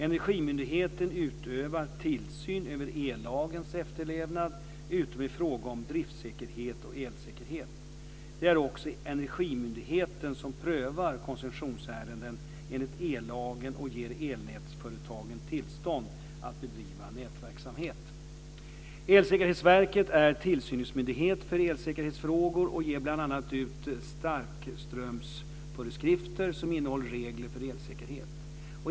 Energimyndigheten utövar tillsyn över ellagens efterlevnad utom i fråga om driftsäkerhet och elsäkerhet. Det är också Energimyndigheten som prövar koncessionsärenden enligt ellagen och ger elnätsföretagen tillstånd att bedriva nätverksamhet. Elsäkerhetsverket är tillsynsmyndighet för elsäkerhetsfrågor och ger bl.a. ut starkströmsföreskrifter som innehåller regler för elsäkerhet.